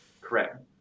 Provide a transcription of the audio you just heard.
Correct